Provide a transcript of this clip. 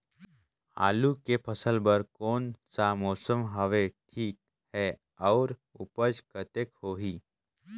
आलू के फसल बर कोन सा मौसम हवे ठीक हे अउर ऊपज कतेक होही?